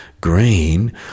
Green